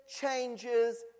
changes